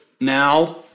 now